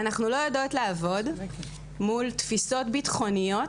אנחנו לא יודעות לעבוד מול תפיסות ביטחוניות